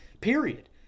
period